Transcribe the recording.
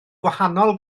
gwahanol